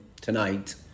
tonight